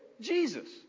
Jesus